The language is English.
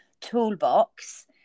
toolbox